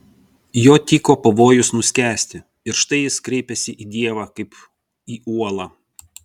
jo tyko pavojus nuskęsti ir štai jis kreipiasi į dievą kaip į uolą